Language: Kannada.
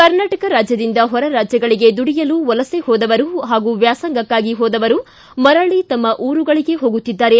ಕರ್ನಾಟಕ ರಾಜ್ಯದಿಂದ ಹೊರ ರಾಜ್ಯಗಳಿಗೆ ದುಡಿಯಲು ವಲಸೆ ಹೋದವರು ಹಾಗೂ ವ್ಯಾಸಂಗಕ್ಷಾಗಿ ಹೋದವರು ಮರಳಿ ತಮ್ಮ ಊರುಗಳಿಗೆ ಹೋಗುತ್ತಿದ್ದಾರೆ